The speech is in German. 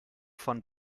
von